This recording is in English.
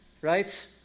right